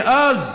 מאז